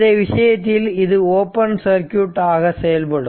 இந்த விஷயத்தில் இது ஓபன் சர்க்யூட் ஆக செயல்படும்